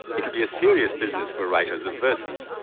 it will be a serious business for writers of verses.